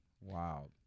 Wow